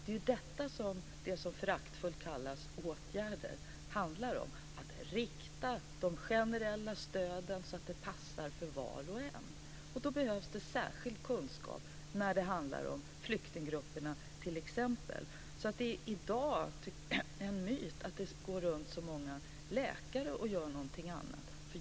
Det är ju detta det som så föraktfullt kallas åtgärder handlar om: att rikta de generella stöden så att de passar för var och en. Då behövs det särskild kunskap när det t.ex. handlar om flyktinggrupperna. Det är i dag en myt att det går omkring så många läkare och gör någonting annat.